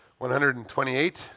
128